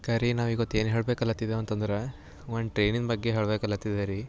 eco ರೀ ನಾವು ಇವತ್ತು ಏನು ಹೇಳಬೇಕಲತ್ತಿದೇವು ಅಂತಂದ್ರೆ ಒನ್ ಟ್ರೈನಿನ ಬಗ್ಗೆ ಹೇಳಬೇಕಲತ್ತಿದ್ದೆ ರೀ